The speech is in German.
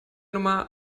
nummer